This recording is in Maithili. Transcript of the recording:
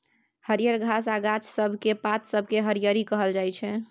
हरियर घास आ गाछ सब केर पात सबकेँ हरियरी कहल जाइ छै